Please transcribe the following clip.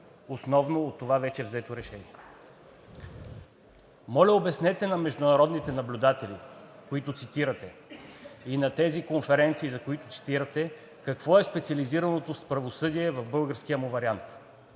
основно от това вече взето решение. Моля, обяснете на международните наблюдатели, които цитирате, и на тези конференции, за които цитирате, какво е специализираното правосъдие в българския му вариант.